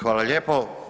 Hvala lijepo.